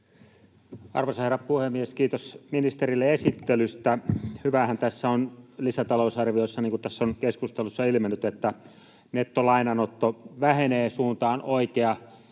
Arvoisa herra puhemies! Kiitos ministerille esittelystä. Hyväähän tässä lisätalousarviossa on, niin kuin tässä keskustelussa on ilmennyt, että nettolainanotto vähenee. Suunta on oikea.